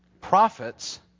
prophets